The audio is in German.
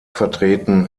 vertreten